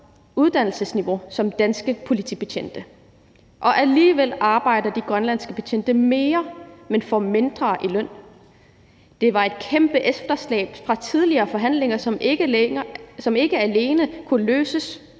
som danske politibetjente, og alligevel arbejder de grønlandske betjente mere, men får mindre i løn. Det var et kæmpe efterslæb fra tidligere forhandlinger, som ikke alene kunne løses